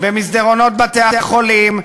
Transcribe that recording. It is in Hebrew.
במסדרונות בתי-החולים,